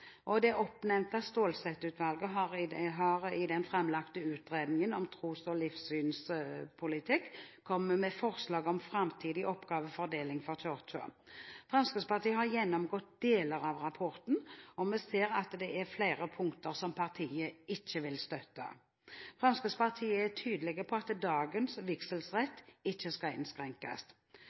framtidig oppgavefordeling for Kirken. Fremskrittspartiet har gjennomgått deler av rapporten, og vi ser at det er flere punkter som partiet ikke vil støtte. Fremskrittspartiet er tydelig på at dagens vigselsrett ikke skal innskrenkes.